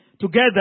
together